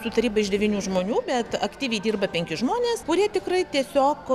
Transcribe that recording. su taryba iš devynių žmonių bet aktyviai dirba penki žmonės kurie tikrai tiesiog